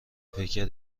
پیکر